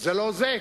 זה לא זה,